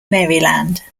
maryland